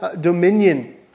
dominion